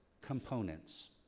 components